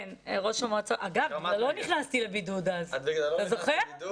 כן, אגב, לא נכנסתי לבידוד אז, אתה זוכר?